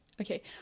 Okay